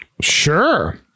Sure